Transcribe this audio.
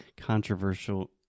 controversial